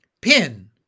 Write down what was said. Pin